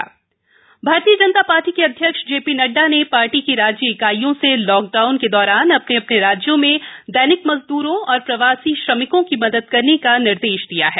भाजपा निर्देश भारतीय जनता पार्टी के अध्यक्ष जेपी नड्डा ने पार्टी की राज्य इकाइयों से लोकडाउन के दौरान अपने अपने राज्यों में दैनिक मजद्रों और प्रवासी श्रमिकों की मदद करने का निर्देश दिया है